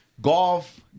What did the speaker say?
golf